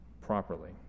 properly